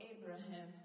Abraham